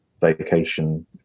vacation